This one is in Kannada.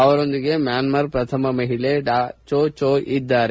ಅವರೊಂದಿಗೆ ಮ್ಯಾನ್ಟಾರ್ ಪ್ರಥಮ ಮಹಿಳೆ ಡಾ ಚೋ ಚೋ ಇದ್ದಾರೆ